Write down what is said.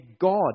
God